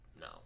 no